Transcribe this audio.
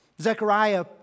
Zechariah